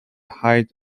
height